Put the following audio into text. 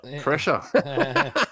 Pressure